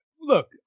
Look